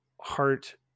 heart –